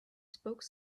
spoke